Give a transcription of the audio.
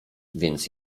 więc